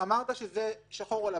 אמרת שזה שחור או לבן,